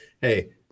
hey